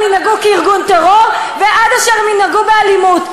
ינהגו כארגון טרור ועד אשר הם ינהגו באלימות.